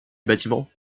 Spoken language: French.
bâtiments